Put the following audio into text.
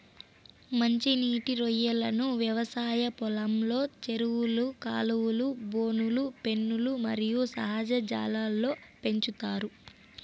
మంచి నీటి రొయ్యలను వ్యవసాయ పొలంలో, చెరువులు, కాలువలు, బోనులు, పెన్నులు మరియు సహజ జలాల్లో పెంచుతారు